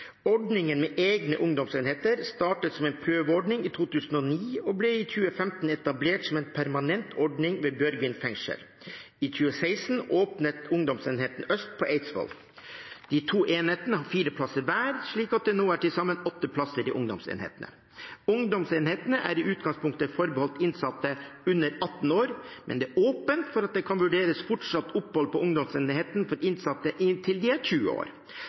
Ordningen med egne ungdomsenheter startet som en prøveordning i 2009 og ble i 2015 etablert som en permanent ordning ved Bjørgvin fengsel. I 2016 åpnet Ungdomsenhet øst på Eidsvoll. De to enhetene har fire plasser hver, slik at det nå er til sammen åtte plasser i ungdomsenhetene. Ungdomsenhetene er i utgangspunktet forbeholdt innsatte under 18 år, men det er åpent for at det kan vurderes fortsatt opphold på ungdomsenhetene for innsatte inntil de er 20 år.